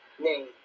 name